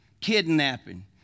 kidnapping